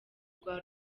rwa